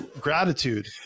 gratitude